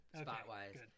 spot-wise